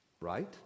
Right